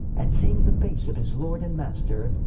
and seeing the face of his lord and master,